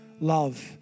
love